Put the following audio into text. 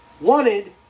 wanted